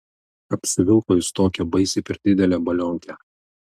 apsivilko jis tokią baisiai per didelę balionkę